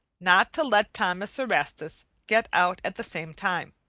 not to let thomas erastus get out at the same time.